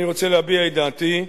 אני רוצה להביע את דעתי,